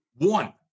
One